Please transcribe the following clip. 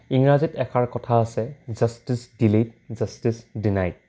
ইংৰাজীত এষাৰ কথা আছে জাষ্টিছ দিলেই জাষ্টিছ দিনাই